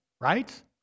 right